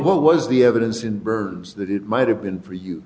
what was the evidence in birds that it might have been for